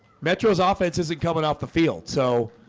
metros ah offense isn't coming off the field. so